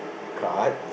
card